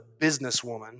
businesswoman